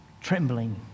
Trembling